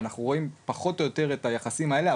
אנחנו רואים פחות או יותר את היחסים האלה,